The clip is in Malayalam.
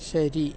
ശരി